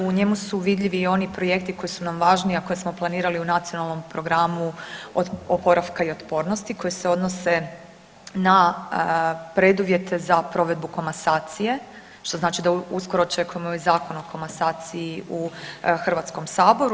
U njemu su vidljivi i oni projekti koji su nam važni a koje smo planirali u Nacionalnom programu oporavka i otpornosti koje se odnose na preduvjete za provedbu komasacije što znači da uskoro očekujemo i Zakon o komasaciji u Hrvatskom saboru.